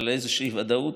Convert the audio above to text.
אבל איזושהי ודאות,